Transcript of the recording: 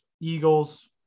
Eagles